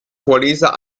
vorleser